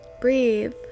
Breathe